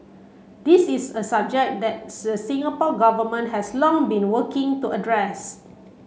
this is a subject that Singapore Government has long been working to address